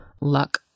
luck